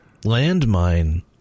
landmine